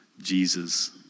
Jesus